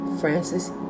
Francis